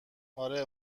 اره